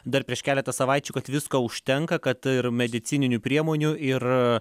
dar prieš keletą savaičių kad visko užtenka kad ir medicininių priemonių ir